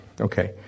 Okay